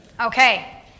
Okay